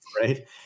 Right